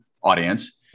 audience